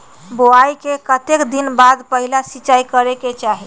बोआई के कतेक दिन बाद पहिला सिंचाई करे के चाही?